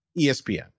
ESPN